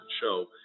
show